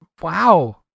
wow